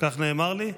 כך נאמר לי.